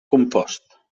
compost